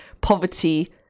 poverty